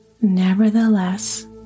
Nevertheless